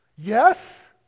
Yes